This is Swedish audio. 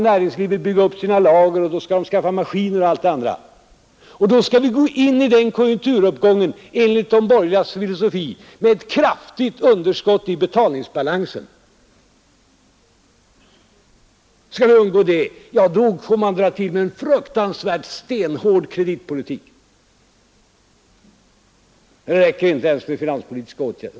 Näringslivet vill bygga upp sina lager och skaffa maskiner, Enligt de borgerligas filosofi skulle vi gå in i den konjunkturuppgången med ett kraftigt underskott i betalningsbalansen. Vill vi undgå det, får vi dra till med en stenhård kreditpolitik. Det räcker inte ens med finanspolitiska åtgärder.